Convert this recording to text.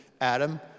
Adam